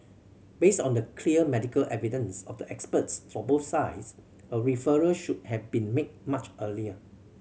based on the clear medical evidence of the experts for both sides a referral should have been made much earlier